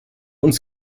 uns